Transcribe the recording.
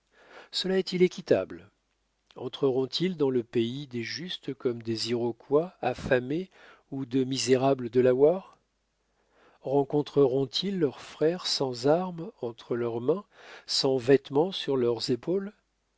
cela est-il équitable entreront ils dans le pays des justes comme des iroquois affamés ou de misérables delawares rencontreront ils leurs frères sans armes entre leurs mains sans vêtements sur leurs épaules